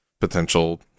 potential